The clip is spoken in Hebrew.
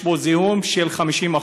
יש בו זיהום של 50%,